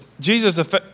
Jesus